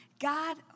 God